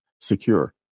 secure